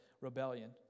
rebellion